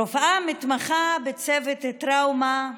רופאה מתמחה בצוות טראומה,